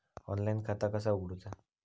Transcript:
Online खाता कसा उगडूचा?